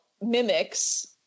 mimics